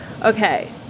Okay